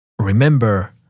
remember